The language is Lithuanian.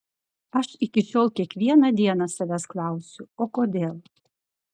aš iki šiol kiekvieną dieną savęs klausiu o kodėl